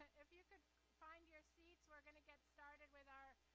if you could find your seats we're gonna get started with our